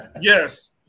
Yes